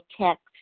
text